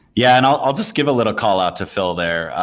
yeah, and i'll just give a little call out to phil there.